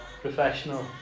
professional